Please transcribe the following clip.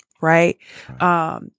right